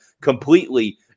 completely